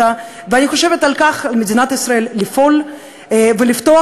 אני חושבת שעל מדינת ישראל לפעול ולפתוח